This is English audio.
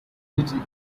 little